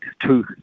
two